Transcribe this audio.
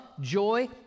joy